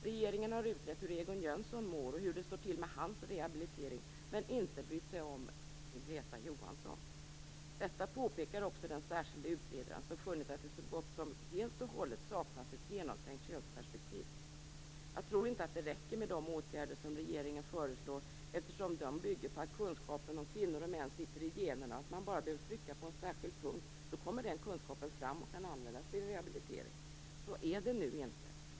Regeringen har utrett hur Egon Jönsson mår och hur det står till med hans rehabilitering men inte brytt sig om Greta Johansson. Detta påpekar också den särskilde utredaren, som funnit att det så gott som helt saknas ett genomtänkt könsperspektiv. Jag tror inte att det räcker med de åtgärder som regeringen föreslår, eftersom de bygger på att kunskapen om kvinnor och män sitter i generna och att man bara behöver trycka på en särskild punkt, så kommer den kunskapen fram och kan användas vid rehabilitering. Så är det nu inte.